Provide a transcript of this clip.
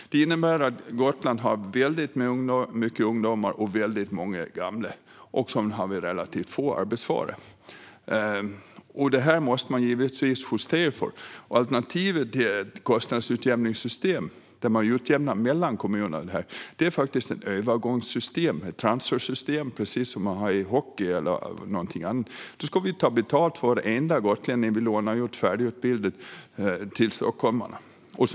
Detta innebär att Gotland har väldigt många ungdomar och väldigt många gamla men relativt få i arbetsför ålder. Detta måste man givetvis justera för. Alternativet till ett kostnadsutjämningssystem, där man utjämnar mellan kommuner, är ett övergångssystem - ett transfersystem - precis som man har i till exempel hockey. Då ska vi ta betalt för varenda färdigutbildad gotlänning som vi lånar ut till stockholmarna.